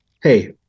hey